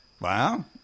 Wow